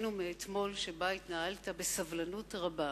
לשיחתנו אתמול, שבה התנהלת בסבלנות רבה.